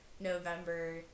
November